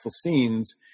scenes